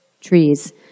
trees